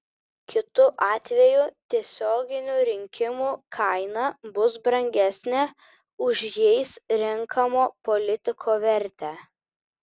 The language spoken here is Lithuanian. kitu atveju tiesioginių rinkimų kaina bus brangesnė už jais renkamo politiko vertę